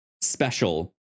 special